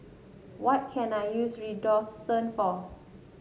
what can I use Redoxon for